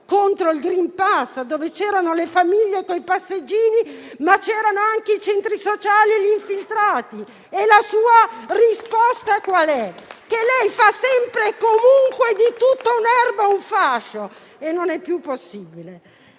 contro il *green pass*, dove c'erano le famiglie con i passeggini, ma c'erano anche i centri sociali e gli infiltrati. E la sua risposta qual è? Lei fa sempre e comunque di tutta l'erba un fascio; questo non è più possibile.